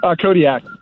Kodiak